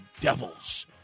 devils